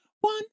One